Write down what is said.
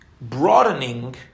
broadening